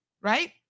right